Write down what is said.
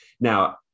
Now